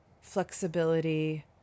flexibility